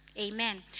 Amen